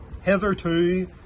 hitherto